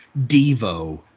Devo